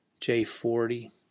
J40